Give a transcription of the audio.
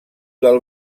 del